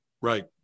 right